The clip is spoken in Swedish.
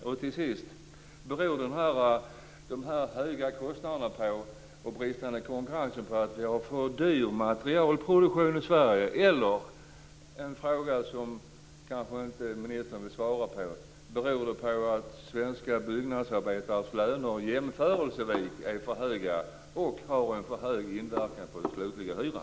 Och till sist: Beror de höga kostnaderna och den bristande konkurrensen på att vi har för dyr materialproduktion i Sverige eller - en fråga som finansministern kanske inte vill svara på - beror det på att svenska byggnadsarbetares löner jämförelsevis är för höga och har en för stor inverkan på den slutliga hyran?